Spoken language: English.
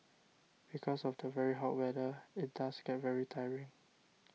because of the very hot weather it does get very tiring